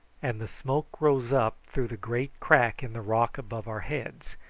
and the smoke rose up through the great crack in the rock above our heads,